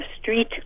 street